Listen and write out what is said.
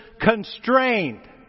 constrained